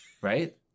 Right